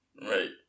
Right